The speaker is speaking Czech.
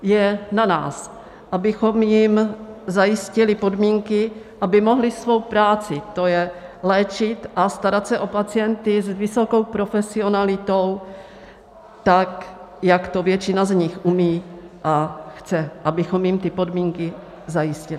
Je na nás, abychom jim zajistili podmínky, aby mohli svou práci, to je léčit a starat se o pacienty s vysokou profesionalitou, tak jak to většina z nich umí a chce, abychom jim ty podmínky zajistili.